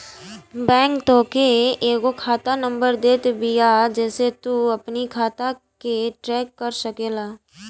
bank तोहके एगो खाता नंबर देत बिया जेसे तू अपनी खाता के ट्रैक कर सकेला